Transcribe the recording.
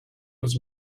was